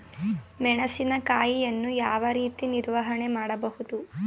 ಮೆಣಸಿನಕಾಯಿಯನ್ನು ಯಾವ ರೀತಿ ನಿರ್ವಹಣೆ ಮಾಡಬಹುದು?